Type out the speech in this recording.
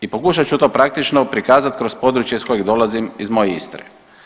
I pokušat ću praktično prikazat kroz područje iz kojeg dolazim iz moje Istre.